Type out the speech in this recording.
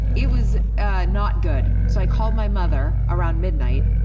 it was ah not good. so i called my mother around midnight,